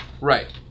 Right